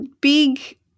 Big